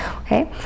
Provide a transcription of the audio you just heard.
Okay